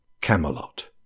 Camelot